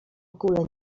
ogóle